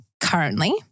currently